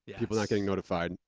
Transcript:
people not getting notified.